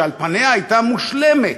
שעל פניה הייתה מושלמת,